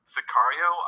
Sicario